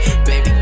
Baby